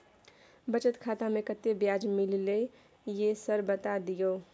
बचत खाता में कत्ते ब्याज मिलले ये सर बता दियो?